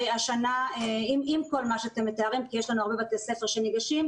השנה עם כל מה שאתם מתארים כי יש לנו הרבה בתי ספר שניגשים,